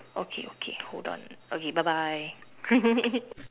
okay okay hold on okay bye bye